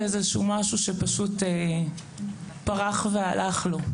זה איזשהו משהו שפשוט פרח והלך לו.